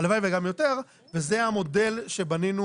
הלוואי וגם יותר, וזה המודל שבנינו